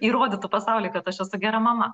įrodytų pasauliui kad aš esu gera mama